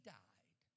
died